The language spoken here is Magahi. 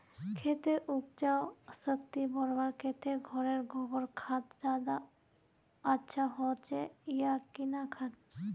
खेतेर उपजाऊ शक्ति बढ़वार केते घोरेर गबर खाद ज्यादा अच्छा होचे या किना खाद?